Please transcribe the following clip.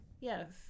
Yes